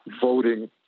voting